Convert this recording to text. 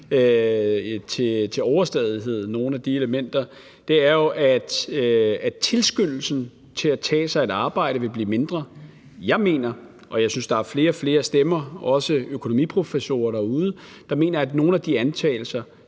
til overmål dyrker nogle af de elementer – er jo, at tilskyndelsen til at tage sig et arbejde vil blive mindre. Jeg mener – og jeg synes, at der er flere og flere stemmer derude, også økonomiprofessorer, der siger det – at nogle af de antagelser